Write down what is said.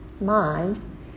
mind